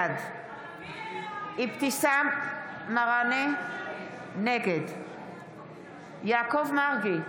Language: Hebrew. בעד אבתיסאם מראענה, נגד יעקב מרגי,